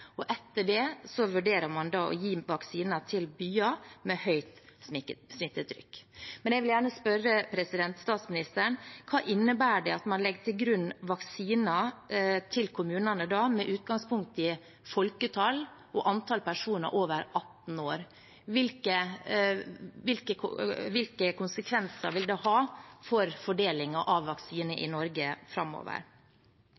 og etter det vurderer man å gi vaksiner til byer med høyt smittetrykk. Jeg vil gjerne spørre statsministeren: Hva innebærer det at man legger til grunn vaksine til kommunene med utgangspunkt i folketall og antall personer over 18 år? Hvilke konsekvenser vil det ha for fordelingen av vaksiner i